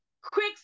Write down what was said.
quick